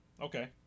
Okay